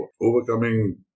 overcoming